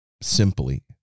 simply